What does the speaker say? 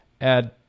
add